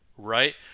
right